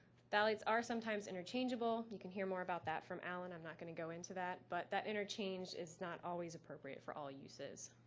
phthalates are sometimes interchangeable you can hear more about that from allen, i'm not going to go into that but that interchange is not always appropriate for all uses.